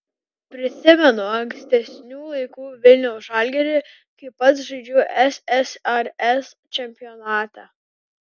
prisimenu ankstesnių laikų vilniaus žalgirį kai pats žaidžiau ssrs čempionate